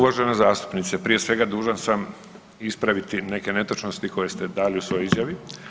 Uvažena zastupnice, prije svega dužan sam ispraviti neke netočnosti koje ste dali u svojoj izjavi.